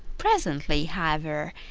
presently, however,